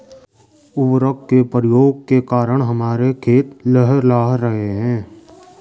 उर्वरक के प्रयोग के कारण हमारे खेत लहलहा रहे हैं